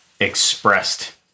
expressed